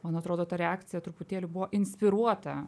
man atrodo ta reakcija truputėlį buvo inspiruota